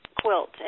quilt